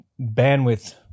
bandwidth